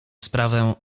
sprawę